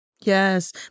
Yes